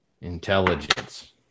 Intelligence